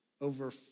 over